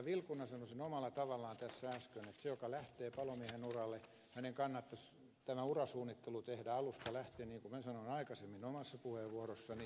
vilkuna sanoi sen omalla tavallaan tässä äsken että sen joka lähtee palomiehen uralle kannattaisi tämä urasuunnittelu tehdä alusta lähtien niin kuin minä sanoin aikaisemmin omassa puheenvuorossani